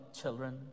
children